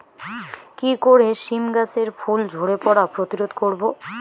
কি করে সীম গাছের ফুল ঝরে পড়া প্রতিরোধ করব?